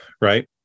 right